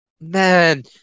man